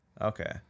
okay